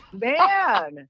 man